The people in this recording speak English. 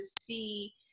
see